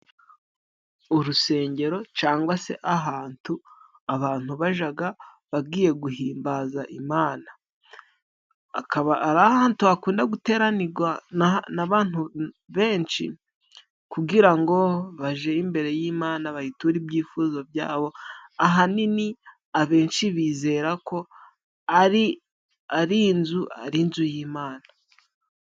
Urusengero cangwa se ahantu abantu bajaga bagiye guhimbaza Imana, Akaba ari ahantu hakunda guteranirwa n'abantu benshi kugira ngo baje imbere y'Imana, bayiture ibyifuzo byabo ahanini abenshi bizera ko ari ari inzu, ari'inzu y'Imana.